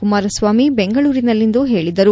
ಕುಮಾರಸ್ವಾಮಿ ಬೆಂಗಳೂರಿನಲ್ಲಿಂದು ಹೇಳಿದರು